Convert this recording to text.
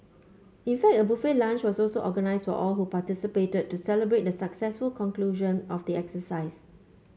in fact a buffet lunch was also organised for all who participated to celebrate the successful conclusion of the exercise